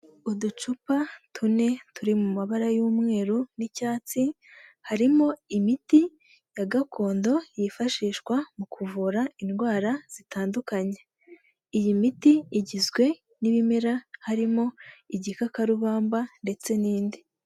Uducupa tune turi mu mabara y'umweru n'icyatsi harimo imiti ya gakondo yifashishwa mu kuvura indwara zitandukanye. Iyi miti igizwe n'ibimera harimo igikakarubamba ndetse n'indi.